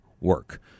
work